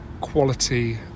quality